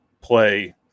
play